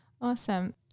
Awesome